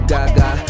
Gaga